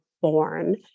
born